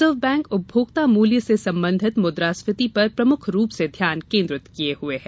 reserve bank उपभोक्ता मूल्य से संबंधित मुद्रास्फीति पर प्रमुख रूप से ध्यान केन्द्रित किए हुए है